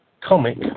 comic